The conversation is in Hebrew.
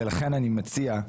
לכן אני מציע,